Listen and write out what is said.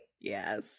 Yes